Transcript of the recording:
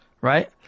right